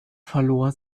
verlor